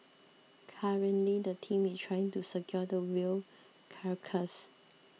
currently the team is trying to secure the whale carcass